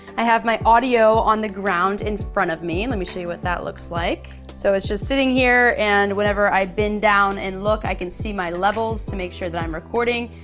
i have my audio on the ground in front of me and let me show you what that looks like. so it's just sitting here and whenever i've bend down and look i can see my levels to make sure that i'm recording,